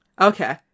okay